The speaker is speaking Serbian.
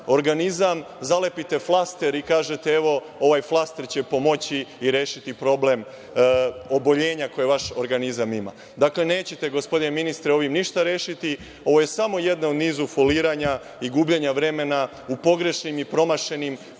organizam, zalepite flaster i kažete – evo, ovaj flaster će pomoći i rešiti problem oboljenja koje vaš organizam ima. Dakle, nećete, gospodine ministre, ovim ništa rešiti, ovo je samo jedna u nizu foliranja i gubljenja vremena u pogrešnim i promašenim